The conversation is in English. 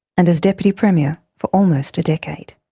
and as deputy premier for almost a decade.